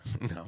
No